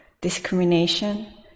discrimination